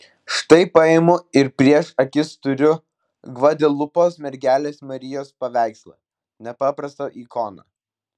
štai paimu ir prieš akis turiu gvadelupos mergelės marijos paveikslą nepaprastą ikoną